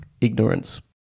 ignorance